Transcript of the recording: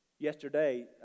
Yesterday